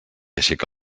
aixeca